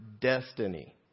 destiny